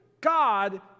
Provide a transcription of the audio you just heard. God